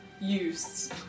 use